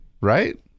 right